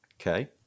Okay